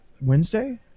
Wednesday